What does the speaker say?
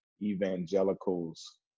evangelicals